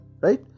Right